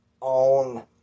on